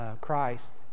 Christ